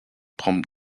prend